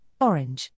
orange